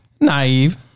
naive